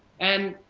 and,